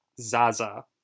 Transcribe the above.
Zaza